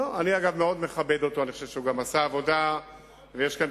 כל ממשלות ישראל.